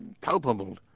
palpable